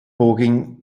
poging